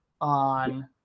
on